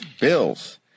bills